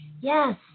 yes